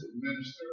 minister